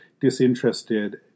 disinterested